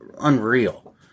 unreal